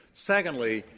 secondly,